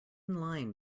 line